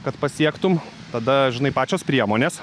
kad pasiektum tada žinai pačios priemonės